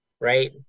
right